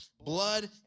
blood